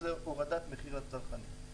משמעותה הורדת מחיר גם לצרכנים.